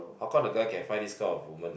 how come the guy can find this kind of woman